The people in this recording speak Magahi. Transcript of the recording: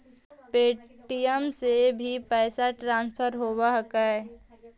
पे.टी.एम से भी पैसा ट्रांसफर होवहकै?